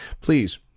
please